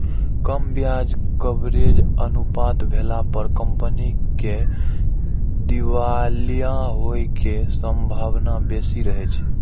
कम ब्याज कवरेज अनुपात भेला पर कंपनी के दिवालिया होइ के संभावना बेसी रहै छै